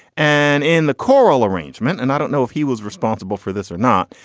and in the choral arrangement and i don't know if he was responsible for this or not.